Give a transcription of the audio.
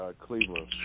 Cleveland